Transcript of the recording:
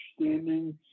understanding